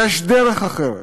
יש דרך אחרת: